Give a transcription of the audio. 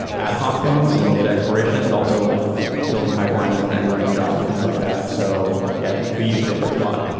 ad hoc things and data exploration, but also like building pipelines and and running jobs and things like that. so yeah, we we use databricks a lot.